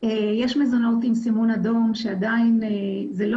יש מזונות עם סימון אדום שעדיין זה לא